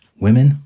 Women